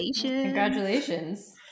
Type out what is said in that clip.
Congratulations